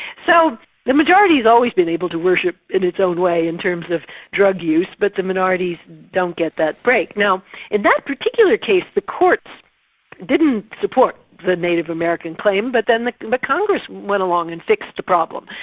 so the majority has always been able to worship in its own way in terms of drug use but the minorities don't get that break. now in that particular case, the courts didn't support the native american claim but then the the congress went along and fixed the problem.